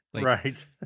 right